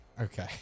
Okay